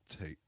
take